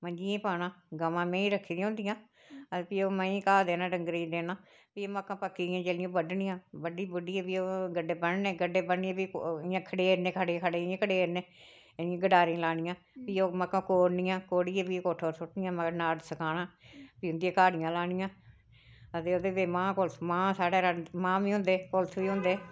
मजियें गी पाना गवां में रक्खी दियां होंदियां हां फिर नमें ओह् घाऽ देना डंगरें गी देना फ्ही मक्कां पक्की गेइयां जेल्लै फ्ही बड्डनियां बड्डी बुड्डियै गड्डे बन्नने गड्डे बन्नियै फ्ही ओह् इ'यां खडेरनियां खड़े खड़े खडेरने इ'यां खटारियां लानियां फ्ही ओह् मक्कां कोड़नियां कोड़ियै फिर कोठे पर सुट्टी मगरा नाड़ सकाना फ्ही उंदियां काड़ियां लानियां हां ते मांह् मांह् साढ़ै मांह् बी होंदे कुल्थ बी होंदे